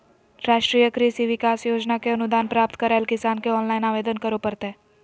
राष्ट्रीय कृषि विकास योजना के अनुदान प्राप्त करैले किसान के ऑनलाइन आवेदन करो परतय